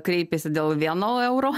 kreipėsi dėl vieno euro